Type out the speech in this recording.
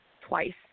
twice